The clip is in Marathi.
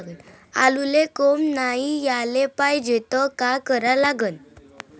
आलूले कोंब नाई याले पायजे त का करा लागन?